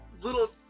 little